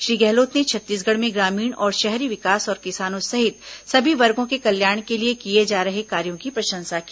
श्री गहलोत ने छत्तीसगढ़ में ग्रामीण और शहरी विकास और किसानों सहित सभी वर्गों के कल्याण के लिए किये जा रहे कार्यो की प्रशंसा की